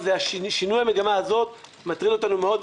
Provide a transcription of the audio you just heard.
שינוי המגמה הזאת מטריד אותנו מאוד,